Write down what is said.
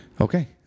Okay